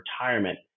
retirement